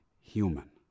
human